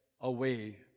away